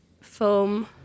film